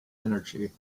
energy